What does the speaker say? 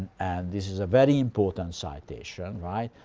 and this is a very important citation. right?